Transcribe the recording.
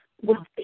wealthy